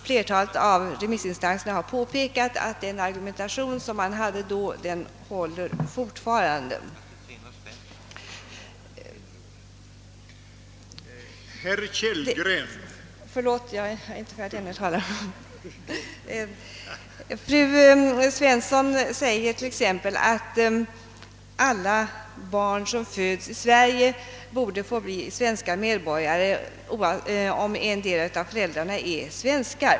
Flertalet av remissinstanserna har påpekat att den argumentation som fördes då fortfarande håller. Fru Svensson säger t.ex. att alla barn som föds i Sverige borde få bli svenska medborgare om en av föräldrarna är svensk.